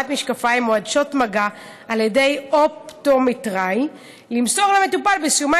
משקפיים או עדשות מגע על ידי אופטומטראי למסור למטופל בסיומה